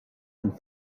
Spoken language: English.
and